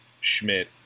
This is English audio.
Schmidt